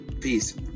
peace